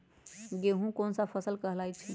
गेहूँ कोन सा फसल कहलाई छई?